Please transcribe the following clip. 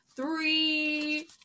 three